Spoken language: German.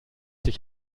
sich